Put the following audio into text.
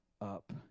up